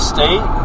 State